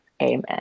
Amen